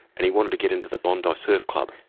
and he wanted to get into the bondi surf club.